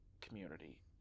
community